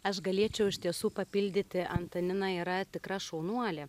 aš galėčiau iš tiesų papildyti antanina yra tikra šaunuolė